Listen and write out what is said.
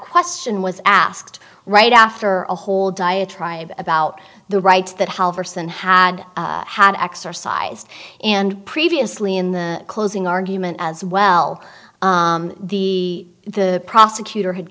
question was asked right after a whole diatribe about the rights that however some had had exercised and previously in the closing argument as well the the prosecutor had